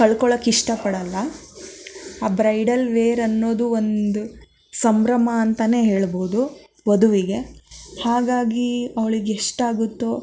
ಕಳ್ಕೊಳ್ಳಕ್ಕಿಷ್ಟಪಡಲ್ಲ ಆ bridal wear ಅನ್ನೋದು ಒಂದು ಸಂಭ್ರಮ ಅಂತಲೇ ಹೇಳ್ಬೋದು ವಧುವಿಗೆ ಹಾಗಾಗಿ ಅವಳಿಗೆಷ್ಟಾಗುತ್ತೋ